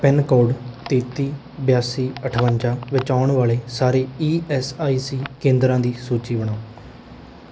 pin code ਤੇਤੀ ਬਿਆਸੀ ਅਠਵੰਜਾ ਵਿੱਚ ਆਉਣ ਵਾਲੇ ਸਾਰੇ ਈ ਐੱਸ ਆਈ ਸੀ ਕੇਂਦਰਾਂ ਦੀ ਸੂਚੀ ਬਣਾਓ